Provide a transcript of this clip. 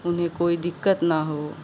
उन्हें कोई दिक्कत न हो